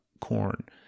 corn